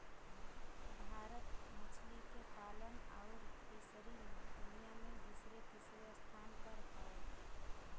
भारत मछली के पालन आउर फ़िशरी मे दुनिया मे दूसरे तीसरे स्थान पर हौ